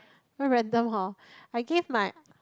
very random hor I gave my